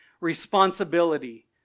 responsibility